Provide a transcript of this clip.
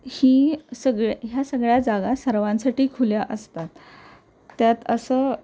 ही सगळ्या ह्या सगळ्या जागा सर्वांसाठी खुल्या असतात त्यात असं